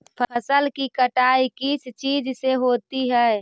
फसल की कटाई किस चीज से होती है?